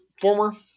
former